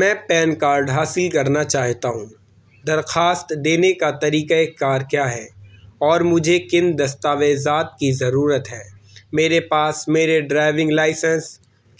میں PAN card حاصل کرنا چاہتا ہوں درخواست دینے کا طریکہ کار کیا ہے اور مجھے کن دستاویزات کی ضرورت ہے میرے پاس میرے ڈرائیونگ لائسنس